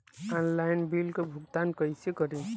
Online bill क भुगतान कईसे करी?